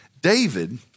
David